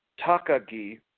Takagi